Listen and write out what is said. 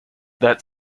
that